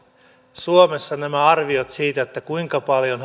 suomessa nämä arviot siitä kuinka paljon